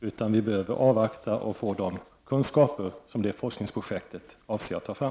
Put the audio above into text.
Vi bör därför avvakta tills vi får de kunskaper som detta forskningsprojekt avser att ta fram.